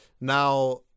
Now